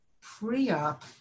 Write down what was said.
pre-op